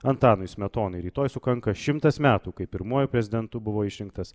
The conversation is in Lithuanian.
antanui smetonai rytoj sukanka šimtas metų kai pirmuoju prezidentu buvo išrinktas